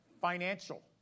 financial